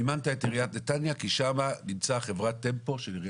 מימנת את עיריית נתניה, כי שם נמצאת חברת טמפו.